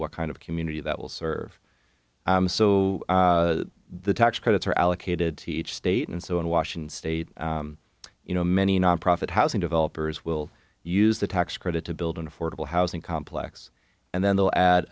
what kind of community that will serve so the tax credits are allocated to each state and so in washington state you know many nonprofit housing developers will use the tax credit to build an affordable housing complex and then they'll add